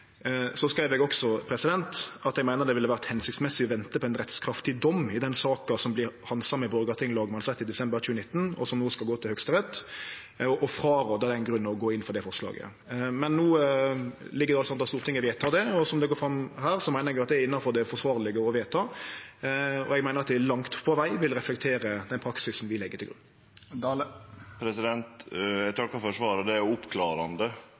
Så skreiv eg også at eg meiner at det ville ha vore hensiktsmessig å vente på ein rettskraftig dom i den saka som vart handsama i Borgarting lagmannsrett i desember 2019, som no skal gå til Høgsterett, og eg rår av den grunn frå å gå inn for det forslaget. Men no ligg det altså an til at Stortinget vedtek det, og som det går fram her, meiner eg at det er innanfor det forsvarlege å vedta. Eg meiner at det langt på veg vil reflektere den praksisen vi legg til grunn. Eg takkar for svaret. Det er oppklarande